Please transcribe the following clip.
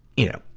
you know,